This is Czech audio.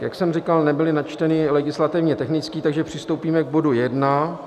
Jak jsem říkal, nebyly načteny legislativně technické, takže přistoupíme k bodu 1.